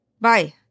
Bye